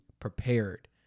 prepared